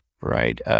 right